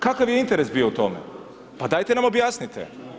Kakav je interes bio u tome, pa dajte nam objasnite?